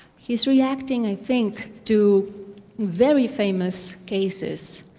he's reacting, i think, to very famous cases.